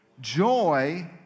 Joy